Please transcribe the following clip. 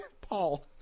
Paul